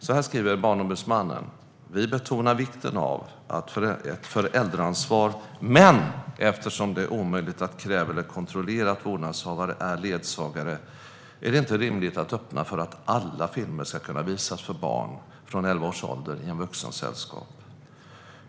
Så här skriver Barnombudsmannen: "Vi betonar vikten av ett föräldraansvar men eftersom det är omöjligt att kräva eller kontrollera att vårdnadshavare är ledsagare är det inte rimligt att öppna för att alla filmer ska kunna visas för barn från 11-års ålder i en vuxens sällskap.